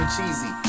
Cheesy